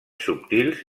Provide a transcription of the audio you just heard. subtils